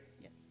Yes